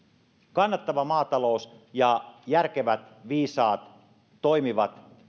kannattava maatalous ja järkevät viisaat toimivat